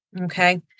Okay